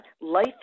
Life